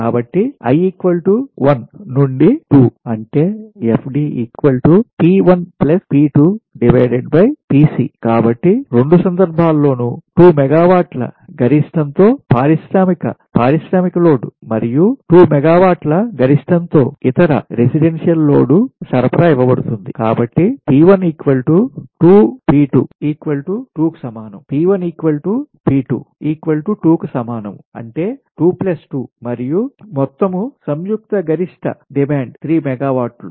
కాబట్టి i 1 నుండి 2 అంటే FD కాబట్టి రెండు సందర్భాల్లోనూ 2 మెగావాట్ల గరిష్టంతో పారిశ్రామిక పారిశ్రామిక లోడ్ మరియు 2 మెగావాట్ల గరిష్టంతో ఇతర రెసిడెంటిల్ లోడ్ సరఫరాఇవ్వబడుతుంది అంటే P 1 2 P 22 కు సమానం అంటే 2 ప్లస్ 2 మరియు మొత్తం మరియు సంయుక్త గరిష్ట డిమాండ్ 3 మెగావాట్లు